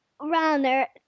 Runner